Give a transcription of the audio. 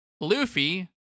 Luffy